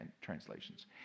translations